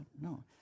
No